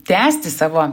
tęsti savo